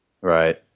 Right